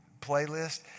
playlist